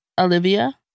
olivia